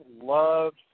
loves